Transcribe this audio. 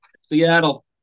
Seattle